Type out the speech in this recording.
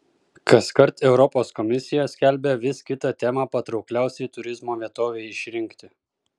kaskart europos komisija skelbia vis kitą temą patraukliausiai turizmo vietovei išrinkti